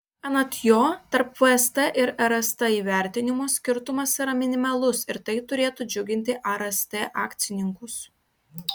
anot jo tarp vst ir rst įvertinimo skirtumas yra minimalus ir tai turėtų džiuginti rst akcininkus